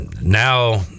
now